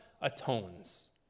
atones